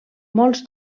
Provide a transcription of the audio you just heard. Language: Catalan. molts